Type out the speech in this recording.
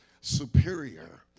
superior